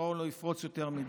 אותם.